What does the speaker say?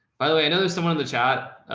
by the way i know there's someone in the chat,